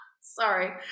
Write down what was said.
Sorry